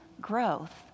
growth